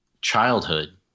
childhood